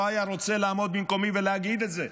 היה רוצה לעמוד במקומי ולהגיד את זה.